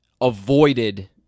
avoided